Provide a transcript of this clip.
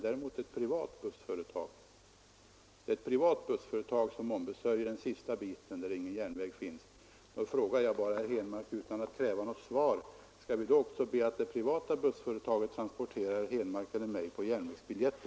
Däremot trafikeras den delen av ett privat bussföretag. Jag frågar då herr Henmark utan att kräva något svar: Skall vi också be att det privata bussföretaget, därest vi väljer att resa med buss den sista biten, transporterar herr Henmark eller mig på järnvägsbiljetten?